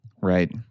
Right